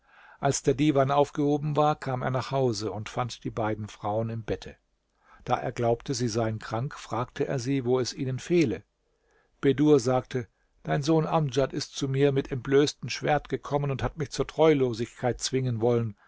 als der divan aufgehoben war kam er nach hause und fand die beiden frauen im bette da er glaubte sie seien krank fragte er sie wo es ihnen fehle bedur sagte dein sohn amdjad ist zu mir mit entblößtem schwert gekommen und hat mich zur treulosigkeit zwingen wollen